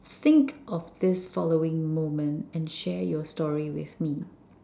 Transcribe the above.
think of this following moment and share your story with me